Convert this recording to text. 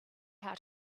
how